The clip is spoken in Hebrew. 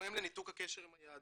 גורם לניתוק הקשר עם היהדות.